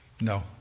No